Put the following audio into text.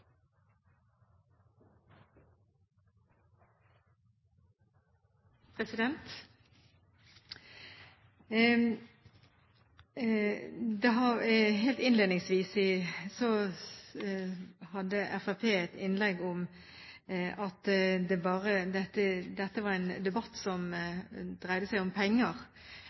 Helt innledningsvis hadde Fremskrittspartiet et innlegg om at dette var en debatt som dreide seg om penger,